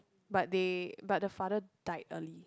but they but the father died early